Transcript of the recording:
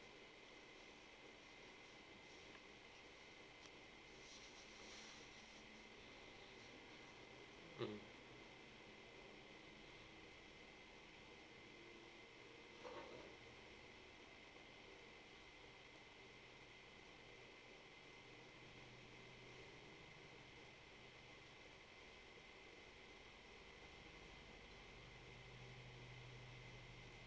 mm